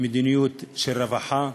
מדיניות של רווחה,